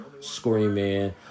screaming